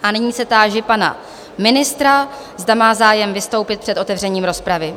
A nyní se táži pana ministra, zda má zájem vystoupit před otevřením rozpravy.